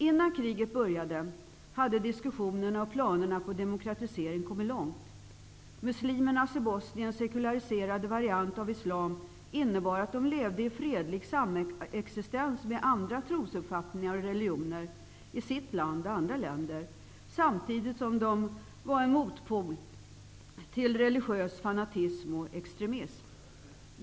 Innan kriget började hade diskussionerna och planerna på demokratisering kommit långt. De bosniska muslimernas sekulariserade variant av islam innebar att de levde i fredlig samexistens med andra trosuppfattningar och religioner i sitt land och i andra länder, samtidigt som de var en motpol till religiös fanatism och extremism.